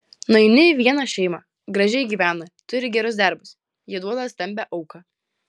nueini į vieną šeimą gražiai gyvena turi gerus darbus jie duoda stambią auką